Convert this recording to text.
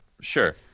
sure